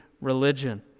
religion